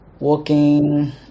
working